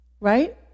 right